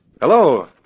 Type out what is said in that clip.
Hello